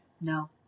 No